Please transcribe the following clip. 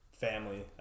family